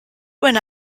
when